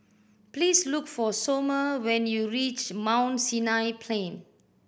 please look for Somer when you reach Mount Sinai Plain